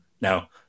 now